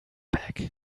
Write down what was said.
back